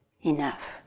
enough